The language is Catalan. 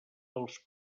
dels